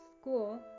School